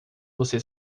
você